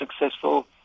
successful